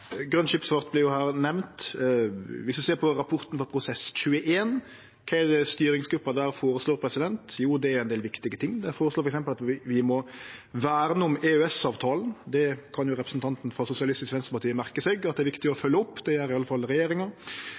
Viss vi ser på rapporten frå Prosess21, kva styringsgruppa der har føreslått, er det ein del viktige ting. Dei føreslår f.eks. at vi må verne om EØS-avtalen. Det kan jo representanten frå SV merke seg er viktig å følgje opp. Det gjer i alle fall regjeringa.